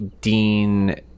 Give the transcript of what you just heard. Dean